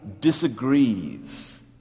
disagrees